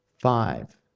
Five